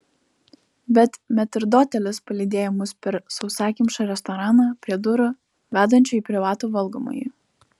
bet metrdotelis palydėjo mus per sausakimšą restoraną prie durų vedančių į privatų valgomąjį